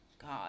god